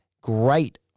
great